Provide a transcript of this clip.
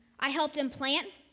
i helped him plant,